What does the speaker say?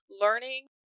learning